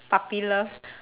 puppy love